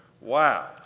Wow